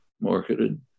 marketed